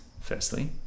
Firstly